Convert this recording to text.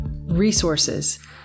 resources